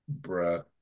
Bruh